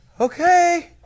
Okay